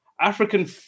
African